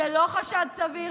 זה לא חשד סביר?